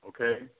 okay